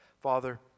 Father